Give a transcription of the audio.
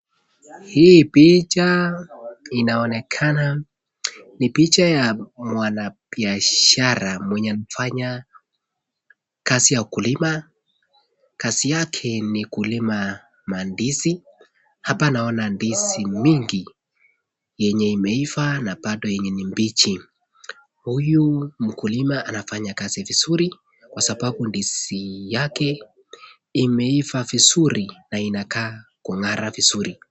Hii picha inaonekana ni picha ya mwana biashara mwenye amefanya kazi ya ukulima. Kazi yake ni kulima mandizi. Hapa naona ndizi mingi yenye imeiva na bado yenye ni mbichi. Huyu mkulima anafanya kazi vizuri kwa sababu ndizi yake imeiva vizuri na inakaa kung'ara vizuri.